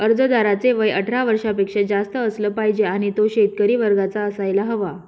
अर्जदाराचे वय अठरा वर्षापेक्षा जास्त असलं पाहिजे आणि तो शेतकरी वर्गाचा असायला हवा